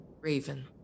Raven